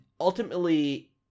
ultimately